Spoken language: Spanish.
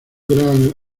gran